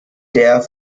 der